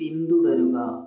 പിന്തുടരുക